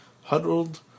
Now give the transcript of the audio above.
huddled